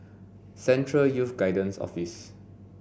Central Youth Guidance Office